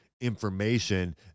information